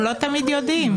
הם לא תמיד יודעים.